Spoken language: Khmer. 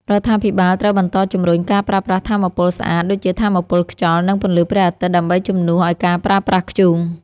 រដ្ឋាភិបាលត្រូវបន្តជំរុញការប្រើប្រាស់ថាមពលស្អាតដូចជាថាមពលខ្យល់ និងពន្លឺព្រះអាទិត្យដើម្បីជំនួសឱ្យការប្រើប្រាស់ធ្យូង។